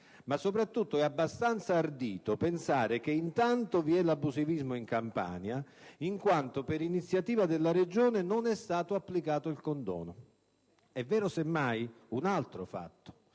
Ma soprattutto è abbastanza ardito pensare che intanto vi è l'abusivismo in Campania in quanto per iniziativa della Regione non è stato applicato il condono. È vero, semmai, un altro fatto: